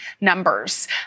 numbers